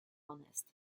honest